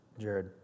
Jared